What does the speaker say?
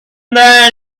then